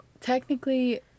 technically